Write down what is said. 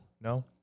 No